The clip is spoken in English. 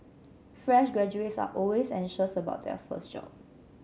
fresh graduates are always anxious about their first job